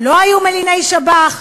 לא היו מליני שב"ח?